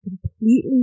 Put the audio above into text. completely